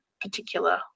particular